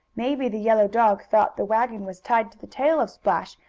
maybe the yellow dog thought the wagon was tied to the tail of splash,